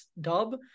dub